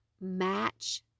match